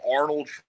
Arnold